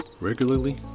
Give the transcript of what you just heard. regularly